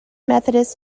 methodist